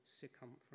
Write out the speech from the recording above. circumference